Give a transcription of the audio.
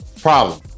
problem